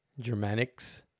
Germanics